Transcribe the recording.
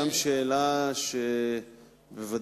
גם שאלה שוודאי,